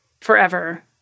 forever